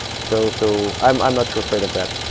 so so i'm i'm not too afraid of that.